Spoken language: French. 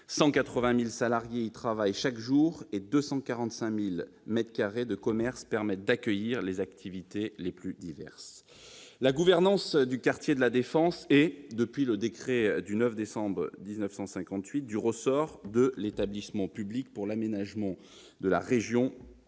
180 000 salariés qui y travaillent chaque jour et 245 000 mètres carrés de commerces permettent d'accueillir les activités les plus diverses. La gouvernance du quartier de La Défense est, depuis le décret le 9 septembre 1958, du ressort de l'Établissement public pour l'aménagement de la région